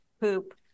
poop